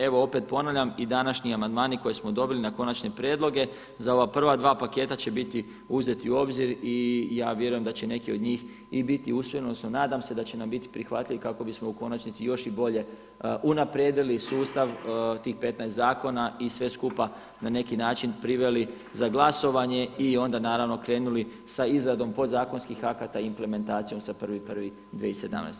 Evo opet ponavljam i današnji amandmani koje smo dobili na konačne prijedloge za ova prva dva paketa će biti uzeti u obzir i ja vjerujem da će neki od njih i biti usvojeni donosno nadam se da će nam biti prihvatljiv kako bismo u konačnici još i bolje unaprijedili sustav tih 15 zakona i sve skupa na neki način priveli za glasovanje i onda naravno krenuli sa izradom podzakonskih akata i implementacijom s 1.1.2017.